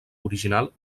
original